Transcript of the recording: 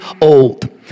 old